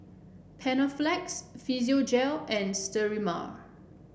Panaflex Physiogel and Sterimar